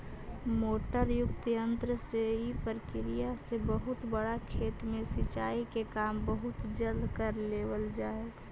motor युक्त यन्त्र से इ प्रक्रिया से बहुत बड़ा खेत में सिंचाई के काम बहुत जल्दी कर लेवल जा हइ